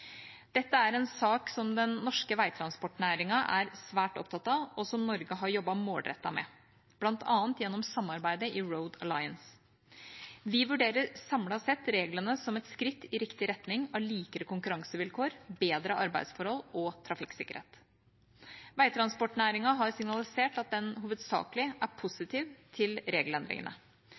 Dette er en sak som den norske veitransportnæringen er svært opptatt av, og som Norge har jobbet målrettet med, bl.a. gjennom samarbeidet i Road Alliance. Vi vurderer samlet sett reglene som et skritt i riktig retning av likere konkurransevilkår, bedre arbeidsforhold og bedre trafikksikkerhet. Veitransportnæringen har signalisert at den hovedsakelig er positiv til regelendringene.